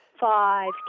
Five